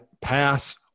pass